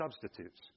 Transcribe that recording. substitutes